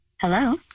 Hello